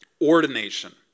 ordination